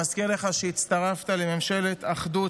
50 שעות אחרי האירוע,